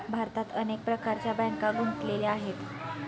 भारतात अनेक प्रकारच्या बँका गुंतलेल्या आहेत